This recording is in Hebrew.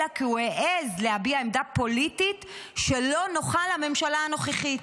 אלא כי הוא העז להביע עמדה פוליטית שלא נוחה לממשלה הנוכחית.